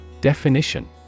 Definition